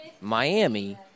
Miami